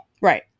Right